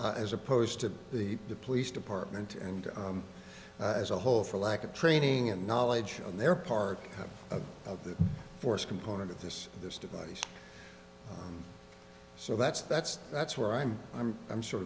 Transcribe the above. liable as opposed to the police department and as a whole for lack of training and knowledge on their part of the force component of this this device so that's that's that's where i'm i'm i'm sort